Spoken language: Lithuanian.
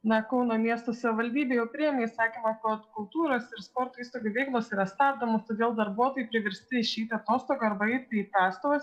na kauno miesto savivaldybė jau priėmė įsakymą kad kultūros ir sporto įstaigų veiklos yra stabdomos todėl darbuotojai priversti išeiti atostogų arba eiti į prastovas